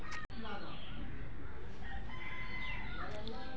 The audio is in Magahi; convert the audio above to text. अगर कोई भी बैंक कतेक लोन नी दूध बा चाँ जाहा ते ती की करबो?